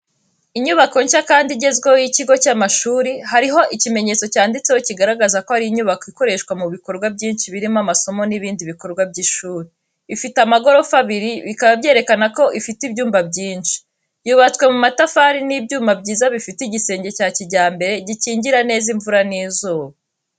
Inyubako nshya kandi igezweho y’ikigo cy’amashuri. Hariho ikimenyetso cyanditseho kigaragaza ko ari inyubako ikoreshwa mu bikorwa byinshi birimo amasomo n'ibindi bikorwa by'ishuri. Ifite amagorofa abiri bikaba byerekana ko ifite ibyumba byinshi. Yubatswe mu matafari n’ibyuma byiza ifite igisenge cya kijyambere gikingira neza imvura n’izuba.